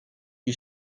you